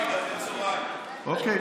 אוקיי.